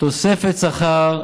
תוספת שכר,